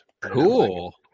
Cool